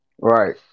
Right